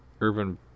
Urban